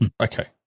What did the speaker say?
Okay